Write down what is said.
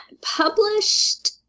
published